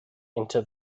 into